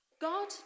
God